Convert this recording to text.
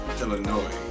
Illinois